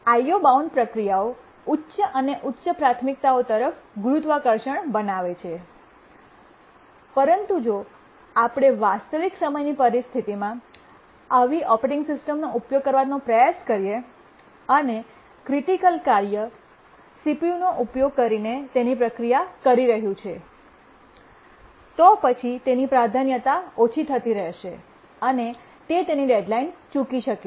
IO bound પ્રક્રિયાઓ ઉચ્ચ અને ઉચ્ચ પ્રાથમિકતાઓ તરફ ગુરુત્વાકર્ષણ બનાવે છે પરંતુ જો આપણે વાસ્તવિક સમયની પરિસ્થિતિમાં આવી ઓપરેટિંગ સિસ્ટમનો ઉપયોગ કરવાનો પ્રયાસ કરીએ અને ક્રિટિકલ કાર્ય CPUનો ઉપયોગ કરીને તેની પ્રક્રિયા કરી રહ્યું છે તો પછી તેની પ્રાધાન્યતા ઓછી થતી રહેશે અને તે તેની ડેડ્લાઇન ચૂકી શકે છે